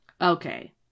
Okay